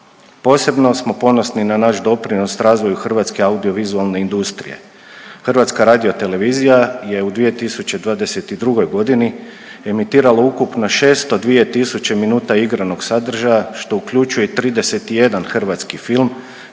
Posebno smo ponosni na naš doprinos razvoju hrvatske audiovizualne industrije. HRT je u 2022. g. emitirala ukupno 602 tisuće minuta igranog sadržaja, što uključuje 31 hrvatski film,